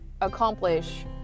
accomplish